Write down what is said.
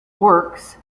works